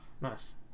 nice